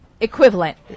equivalent